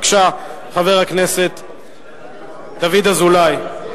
חבר הכנסת דוד אזולאי,